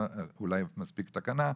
אולי מספיק תקנה,